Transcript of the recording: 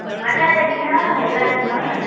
मटाए त ॾींदव न बदालाए ॾींदव न